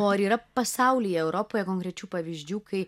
o ar yra pasaulyje europoje konkrečių pavyzdžių kai